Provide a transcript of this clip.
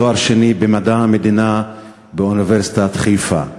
ותואר שני במדע המדינה באוניברסיטת חיפה.